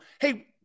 hey